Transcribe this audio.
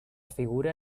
figura